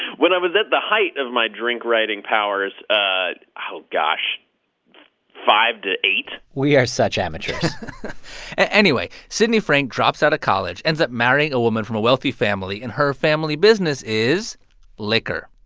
when i was at the height of my drink-writing powers ah oh, gosh five to eight we are such amateurs anyway, sidney frank drops out of college, ends up marrying a woman from a wealthy family. and her family business is liquor.